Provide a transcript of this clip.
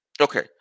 Okay